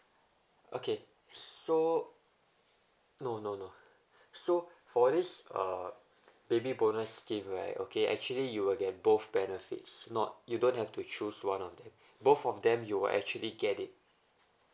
okay so no no no so for this uh baby bonus scheme right okay actually you will get both benefits not you don't have to choose one of them both of them you will actually get it